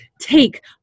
take